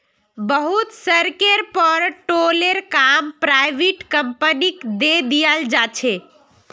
बहुत सड़केर पर टोलेर काम पराइविट कंपनिक दे दियाल जा छे